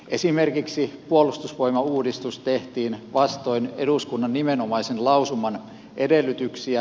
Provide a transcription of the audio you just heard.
esimerkiksi puolustusvoimauudistus tehtiin vastoin eduskunnan nimenomaisen lausuman edellytyksiä